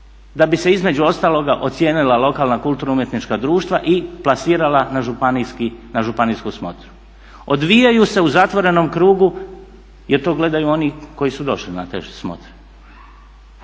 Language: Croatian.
da bi se između ostaloga ocijenila lokalna kulturno-umjetnička društva i plasirala na županijsku smotru. Odvijaju se u zatvorenom krugu jer to gledaju oni koji su došli na te smotre.